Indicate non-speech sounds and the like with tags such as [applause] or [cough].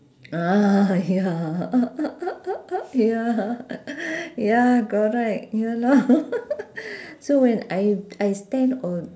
ah ya [laughs] ya [laughs] ya correct ya lor [laughs] so when I I stand on